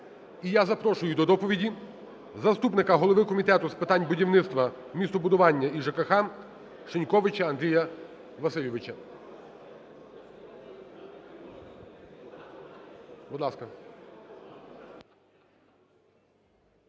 І я запрошую до доповіді заступника голови Комітету з питань будівництва, містобудування і ЖКГ Шиньковича Андрія Васильовича.